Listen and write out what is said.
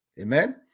Amen